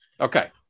Okay